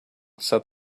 said